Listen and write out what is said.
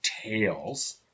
Tails